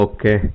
Okay